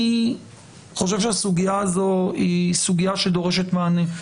אני חושב שהסוגיה הזאת היא סוגיה שדורשת מענה.